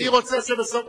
אני רוצה שבסוף,